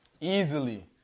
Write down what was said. easily